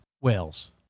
Wales